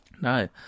No